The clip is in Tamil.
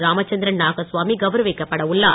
ராமச்சந்திரன் நாகசுவாமி கவுரவிக்கப்பட உள்ளார்